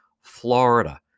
Florida